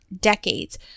decades